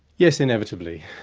yes, inevitably.